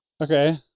Okay